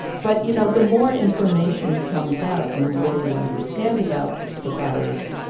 but, you know, the more information comes out and the more you understand about the virus,